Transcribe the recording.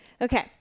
okay